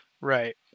right